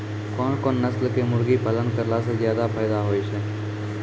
कोन कोन नस्ल के मुर्गी पालन करला से ज्यादा फायदा होय छै?